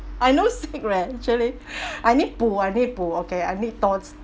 I no sick actually I need I need okay I need thoughts